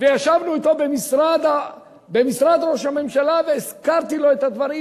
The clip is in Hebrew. וישבנו אתו במשרד ראש הממשלה והזכרתי לו את הדברים,